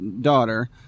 daughter